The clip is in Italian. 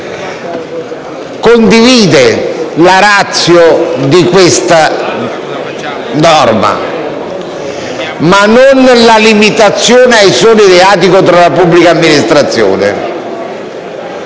condivide la *ratio* di questa norma, ma non la limitazione ai soli reati contro la pubblica amministrazione,